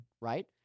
right